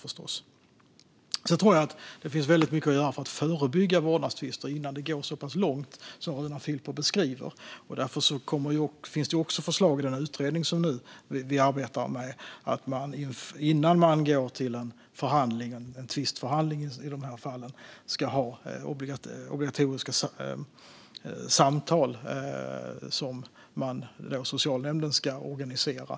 Jag tror att det finns väldigt mycket att göra för att förebygga vårdnadstvister innan det går så pass långt som Runar Filper beskriver. Därför finns det också, i den utredning vi nu arbetar med, förslag om att man innan man i dessa fall går till en tvisteförhandling ska ha obligatoriska samtal, som socialnämnden ska organisera.